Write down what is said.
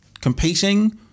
competing